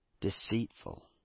deceitful